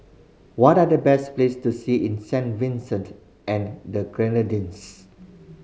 what are the best place to see in Saint Vincent and the Grenadines